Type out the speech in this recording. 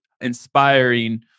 inspiring